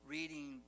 Reading